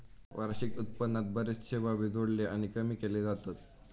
वार्षिक उत्पन्नात बरेचशे बाबी जोडले आणि कमी केले जातत